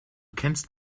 kennst